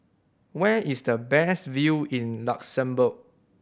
where is the best view in Luxembourg